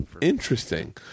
Interesting